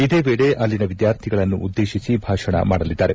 ಇದೇ ವೇಳೆ ಅಲ್ಲಿನ ವಿದ್ಯಾರ್ಥಿಗಳನ್ನು ಉದ್ದೇತಿಸಿ ಭಾಷಣ ಮಾಡಲಿದ್ದಾರೆ